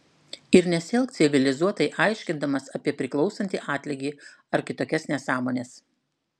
ir nesielk civilizuotai aiškindamas apie priklausantį atlygį ar kitokias nesąmones